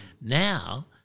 Now